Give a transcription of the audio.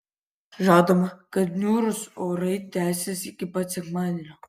žadama kad niūrūs orai tęsis iki pat sekmadienio